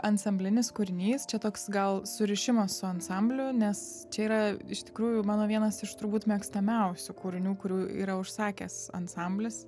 ansamblinis kūrinys čia toks gal surišimas su ansambliu nes čia yra iš tikrųjų mano vienas iš turbūt mėgstamiausių kūrinių kurių yra užsakęs ansamblis